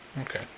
Okay